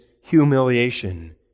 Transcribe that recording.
humiliation